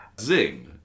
Zing